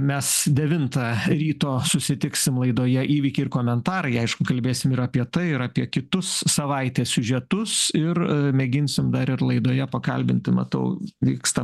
mes devintą ryto susitiksim laidoje įvykiai ir komentarai aišku kalbėsim ir apie tai ir apie kitus savaitės siužetus ir mėginsim dar ir laidoje pakalbinti matau vyksta